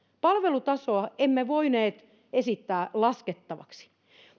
palvelutasoa emme voineet esittää laskettavaksi